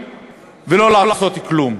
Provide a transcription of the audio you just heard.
לא לסלול כבישים ולא לעשות כלום.